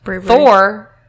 Thor